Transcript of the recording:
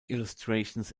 illustrations